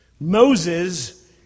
Moses